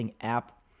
app